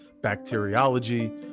bacteriology